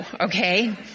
Okay